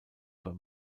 beim